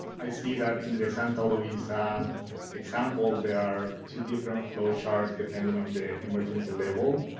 i see that in the santa luisa example there are two different flowcharts depending on the emergency level.